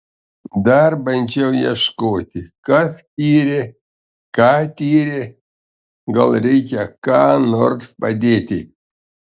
dar bandžiau ieškoti kas tyrė ką tyrė gal reikia ką nors padėti